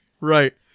Right